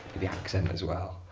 the accent as well.